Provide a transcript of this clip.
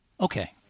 Okay